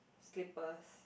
slippers